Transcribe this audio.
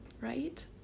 right